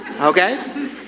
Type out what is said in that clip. okay